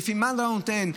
לפי מה אתה נותן,